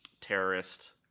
terrorist